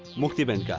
mukti band yeah